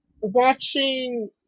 watching